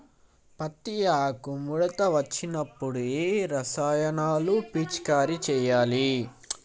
పత్తి ఆకు ముడత వచ్చినప్పుడు ఏ రసాయనాలు పిచికారీ చేయాలి?